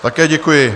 Také děkuji.